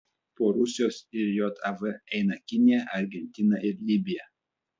po rusijos ir jav eina kinija argentina ir libija